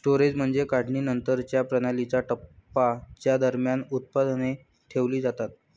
storage म्हणजे काढणीनंतरच्या प्रणालीचा टप्पा ज्या दरम्यान उत्पादने ठेवली जातात